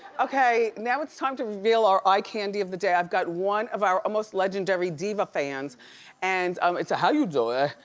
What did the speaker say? okay, now it's time to reveal our eye candy of the day. i've got one of our almost legendary diva fans and um it's, how you doin'?